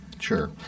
Sure